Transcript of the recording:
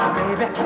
baby